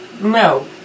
No